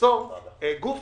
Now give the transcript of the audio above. ליצור גוף